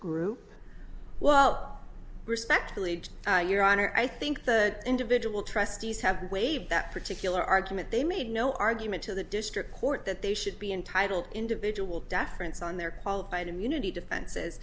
group well respectfully your honor i think the individual trustees have waived that particular argument they made no argument to the district court that they should be entitled individual deference on their qualified immunity defenses